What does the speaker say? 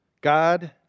God